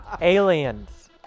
Aliens